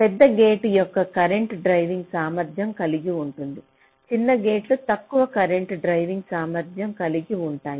పెద్ద గేట్ ఎక్కువ current driving సామర్ధ్యం కలిగి ఉంటుంది చిన్న గేట్లు తక్కువ కరెంట్ డ్రైవింగ్ సామర్ధ్యం కలిగి ఉంటాయి